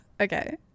Okay